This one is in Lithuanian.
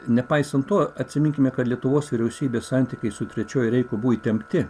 nepaisant to atsiminkime kad lietuvos vyriausybės santykiai su trečiuoju reichu buvo įtempti